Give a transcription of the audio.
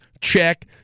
Check